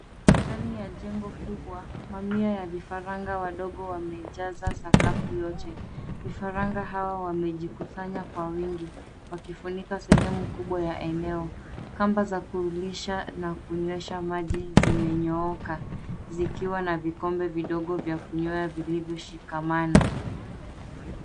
Ndani ya jengo kubwa mamia ya vifaranga wadogo wamejaza sakafu yote. Vifaranga hawa wamejikusanya kwa wingi wakifunika sehemu kubwa ya eneo. Kamba za kuilisha na kunywesha maji zimenyooka zikiwa na vikombe vidogo vya kunyoa vilivyoshikamana.